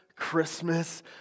Christmas